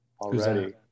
already